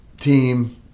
team